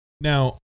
now